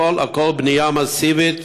הכול הכול בנייה מסיבית